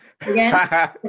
Again